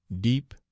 deep